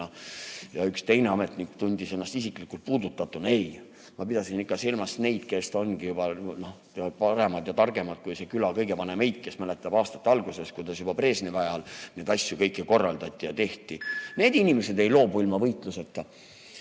panna. Üks ametnik tundis ennast isiklikult puudutatuna. Ei, ma pidasin ikka silmas neid, kes ongi paremad ja targemad kui see küla kõige vanem eit, kes mäletab [aegade] algusest, kuidas Brežnevi ajal neid asju kõiki korraldati ja tehti. Need inimesed ei loobu ilma võitluseta.